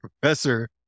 professor